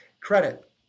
Credit